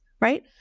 right